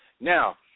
Now